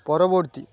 পরবর্তী